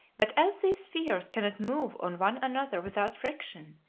but as these spheres cannot move on one another without friction,